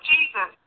Jesus